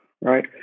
Right